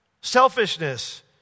selfishness